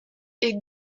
est